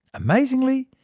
amazingly,